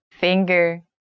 finger